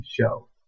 show